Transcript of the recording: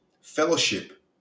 fellowship